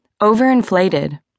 Overinflated